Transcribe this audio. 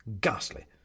Ghastly